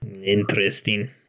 Interesting